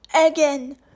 again